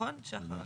נכון שחר?